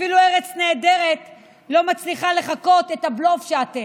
אפילו ארץ נהדרת לא מצליחה לחקות את הבלוף שאתם.